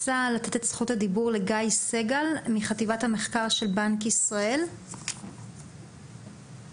גיא סגל, חטיבת המחקר בבנק ישראל, בבקשה.